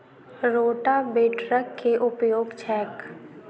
रोटावेटरक केँ उपयोग छैक?